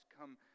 come